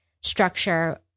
structure